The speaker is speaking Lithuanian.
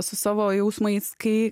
su savo jausmais kai